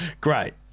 Great